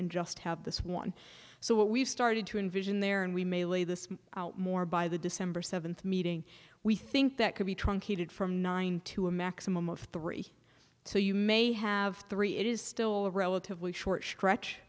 and just have this one so what we've started to envision there and we may lay this out more by the december seventh meeting we think that could be truncated from nine to a maximum of three so you may have three it is still a relatively short stretch